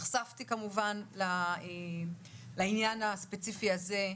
נחשפתי כמובן לעניין הספציפי הזה,